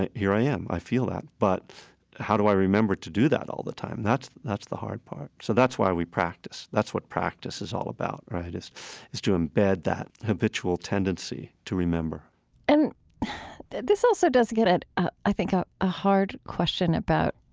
here i am, i feel that but how do i remember to do that all the time? that's that's the hard part. so that's why we practice, that's what practice is all about, right, is is to embed that habitual tendency to remember and this also does get at ah i think a ah hard question about